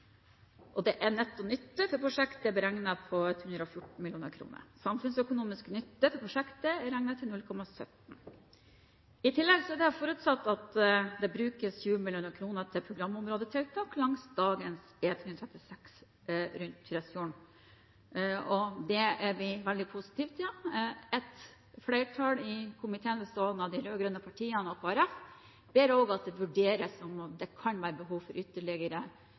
Netto nytte for prosjektet er beregnet til 114 mill. kr. Samfunnsøkonomisk nytte for prosjektet er regnet til 0,17. I tillegg er det forutsatt at det brukes 20 mill. kr til programområdetiltak langs dagens E136 rundt Tresfjorden. Det er vi veldig positive til. Et flertall i komiteen bestående av de rød-grønne partiene og Kristelig Folkeparti ber også om at det vurderes om det kan være behov for ytterligere